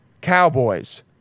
cowboys